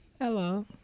Hello